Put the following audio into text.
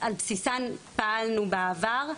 שעל בסיסן פעלנו בעבר,